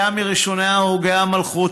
שהיה מראשוני הרוגי המלכות,